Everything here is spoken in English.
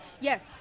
Yes